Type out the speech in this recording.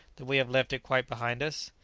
that we have left it quite behind us?